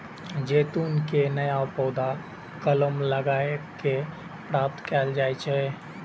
जैतून के नया पौधा कलम लगाए कें प्राप्त कैल जा सकै छै